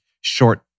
short